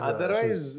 Otherwise